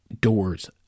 Doors